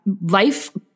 life